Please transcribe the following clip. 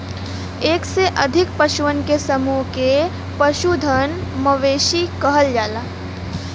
एक से अधिक पशुअन के समूह के पशुधन, मवेशी कहल जाला